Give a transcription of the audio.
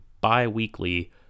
bi-weekly